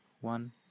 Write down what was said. one